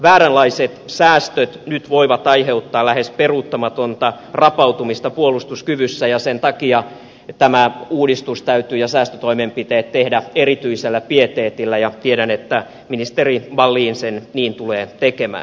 vääränlaiset säästöt nyt voivat aiheuttaa lähes peruuttamatonta rapautumista puolustuskyvyssä ja sen takia tämä uudistus ja säästötoimenpiteet täytyy tehdä erityisellä pieteetillä ja tiedän että ministeri wallin sen niin tulee tekemään